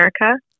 America